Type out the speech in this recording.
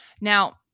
Now